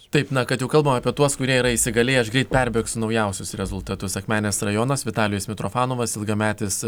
taip na kad kalbu apie tuos kurie yra įsigalėję aš greit perbėgsiu naujausius rezultatus akmenės rajonas vitalijus mitrofanovas ilgametis